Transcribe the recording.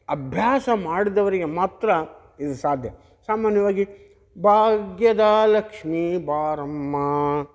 ಅಭ್ಯಾಸ ಮಾಡಿದವರಿಗೆ ಮಾತ್ರ ಇದು ಸಾಧ್ಯ ಸಾಮಾನ್ಯವಾಗಿ ಭಾಗ್ಯದ ಲಕ್ಷ್ಮೀ ಬಾರಮ್ಮ